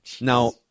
Now